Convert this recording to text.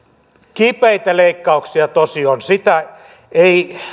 kipeitä leikkauksia tosi on sitä ei